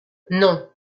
non